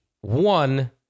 one